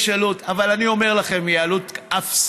יש עלות, אבל אני אומר לכם, היא עלות אפסית.